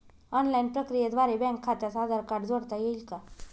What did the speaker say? Online प्रक्रियेद्वारे bank खात्यास Aadhaar card जोडता येईल का?